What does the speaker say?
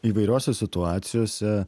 įvairiose situacijose